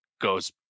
goes